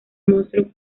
monstruo